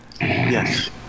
Yes